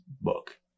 book